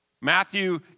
Matthew